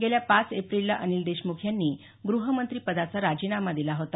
गेल्या पाच एप्रिलला अनिल देशमुख यांनी ग्रहमंत्रीपदाचा राजीनामा दिला होता